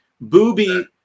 Booby